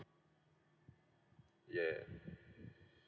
yeah